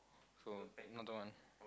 so another one